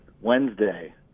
Wednesday